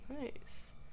Nice